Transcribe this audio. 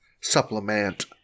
supplement